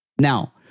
Now